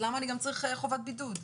ולמה אני צריך גם חובת בידוד?